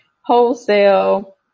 wholesale